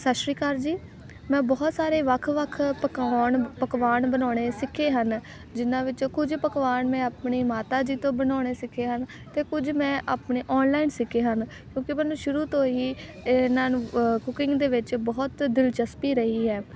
ਸਤਿ ਸ਼੍ਰੀ ਅਕਾਲ ਜੀ ਮੈਂ ਬਹੁਤ ਸਾਰੇ ਵੱਖ ਵੱਖ ਪਕਾਉਣ ਪਕਵਾਨ ਬਣਾਉਣੇ ਸਿੱਖੇ ਹਨ ਜਿਨ੍ਹਾਂ ਵਿੱਚੋਂ ਕੁਝ ਪਕਵਾਨ ਮੈਂ ਆਪਣੇ ਮਾਤਾ ਜੀ ਤੋਂ ਬਣਾਉਣੇ ਸਿੱਖੇ ਹਨ ਅਤੇ ਕੁਝ ਮੈਂ ਆਪਣੇ ਔਨਲਾਈਨ ਸਿੱਖੇ ਹਨ ਕਿਉਂਕਿ ਮੈਨੂੰ ਸ਼ੁਰੂ ਤੋਂ ਹੀ ਇਹਨਾਂ ਨੂੰ ਕੁਕਿੰਗ ਦੇ ਵਿੱਚ ਬਹੁਤ ਦਿਲਚਸਪੀ ਰਹੀ ਹੈ